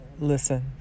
listen